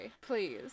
please